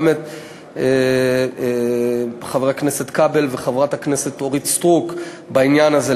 גם את חבר הכנסת כבל וגם את חברת הכנסת אורית סטרוק בעניין הזה.